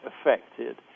affected